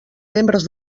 membres